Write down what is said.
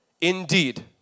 indeed